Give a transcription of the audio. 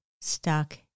stuck